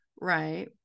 right